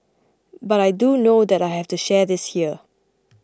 but I do know that I have to share this here